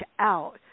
out